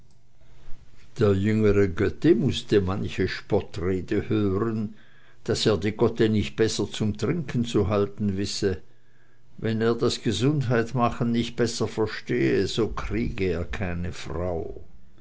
der jüngere göttl mußte manche spottrede hören daß er die gotte nicht besser zum trinken zu halten wisse wenn er das gesundheitmachen nicht besser verstehe so kriege er keine frau